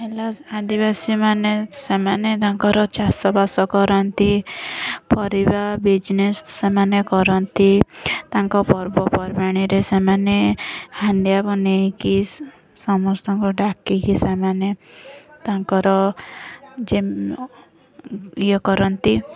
ହେଲା ଆଦିବାସୀ ମାନେ ସେମାନେ ତାଙ୍କର ଚାଷବାସ କରନ୍ତି ପରିବା ବିଜନେସ୍ ସେମାନେ କରନ୍ତି ତାଙ୍କ ପର୍ବପର୍ବାଣିରେ ସେମାନେ ହାଣ୍ଡିଆ ବନାଇକି ସମସ୍ତଙ୍କ ଡାକିକି ସେମାନେ ତାଙ୍କର ଯେ ଇଏ କରନ୍ତି